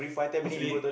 sleep